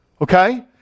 Okay